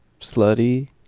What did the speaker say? slutty